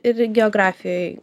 ir geografijoj